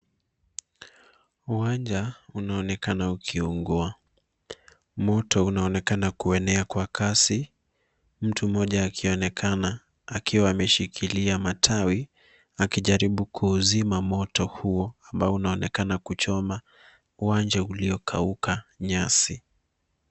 Uwanja unaonekana ukiungua. Moto unaonekana kuenea kwa kasi, mtu mmoja akionekana akiwa ameshikilia matawi akijaribu kuuzima moto huo ambao unaonekana kuchoma uwanja uliokauka nyasi.